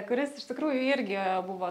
kuris iš tikrųjų irgi buvo